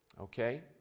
okay